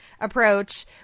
approach